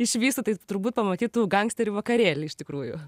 išvystų tai turbūt pamatytų gangsterių vakarėlį iš tikrųjų